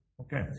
Okay